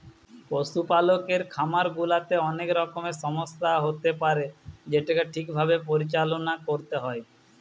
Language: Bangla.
পশুপালকের খামার গুলাতে অনেক রকমের সমস্যা হতে পারে যেটোকে ঠিক ভাবে পরিচালনা করতে হয়